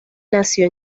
nació